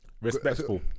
Respectful